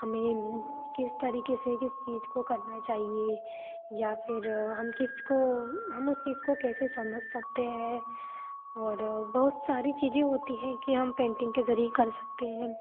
हमें किस तरीक़े से किस चीज़ को करना चाहिए या फिर हम किस को हम उस चीज़ को कैसे समझ सकते हैं और बहुत सारी चीज़ें होती हैं कि हम पेंटिंग के ज़रिए कर सकते हैं